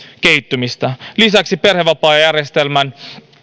kehittymistä lisäksi perhevapaajärjestelmän